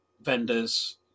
vendors